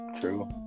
true